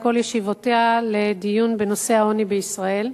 כל ישיבותיה לדיון בנושא העוני בישראל,